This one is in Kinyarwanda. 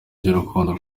by’urukundo